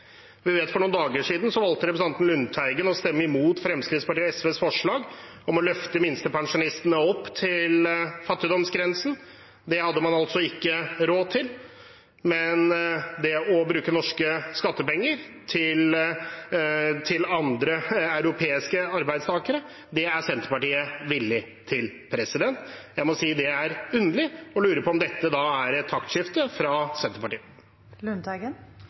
Vi vet at for noen dager siden valgte representanten Lundteigen å stemme imot Fremskrittspartiet og SVs forslag om å løfte minstepensjonistene opp til fattigdomsgrensen. Det hadde man altså ikke råd til, men det å bruke norske skattepenger til andre europeiske arbeidstakere, er Senterpartiet villig til. Jeg må si at det er underlig, og jeg lurer på om dette da er et taktskifte fra